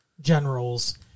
generals